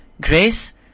grace